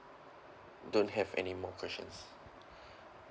don't have any more questions